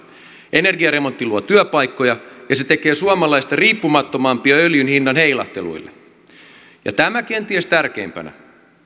energiaremontti luo työpaikkoja ja se tekee suomalaisista riippumattomampia öljyn hinnan heilahteluille ja tämä kenties tärkeimpänä